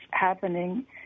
happening